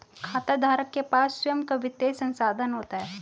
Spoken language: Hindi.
खाताधारक के पास स्वंय का वित्तीय संसाधन होता है